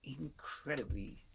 incredibly